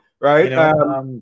right